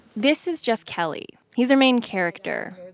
this is jeff kelley. he's our main character,